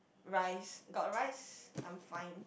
rice got rice I'm fine